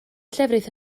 llefrith